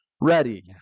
ready